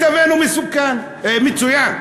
מצבנו מצוין.